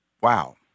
Wow